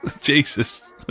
Jesus